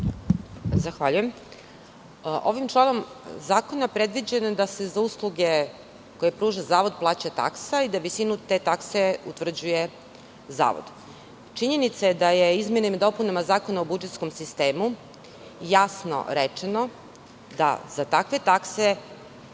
Zahvaljujem se. Ovim članom zakona predviđeno je da se za usluge koje pruža zavod plaća taksa i da visinu te takse utvrđuje zavod. Činjenica je da je izmenama i dopunama Zakona o budžetskom sistemu jasno rečeno da je za takve takse